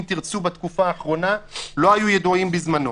תרצו" בתקופה האחרונה לא היו ידועים בזמנו.